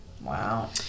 Wow